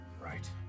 Right